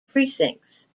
precincts